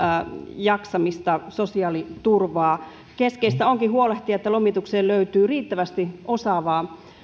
jaksamista sosiaaliturvaa keskeistä onkin huolehtia että lomitukseen löytyy riittävästi osaavaa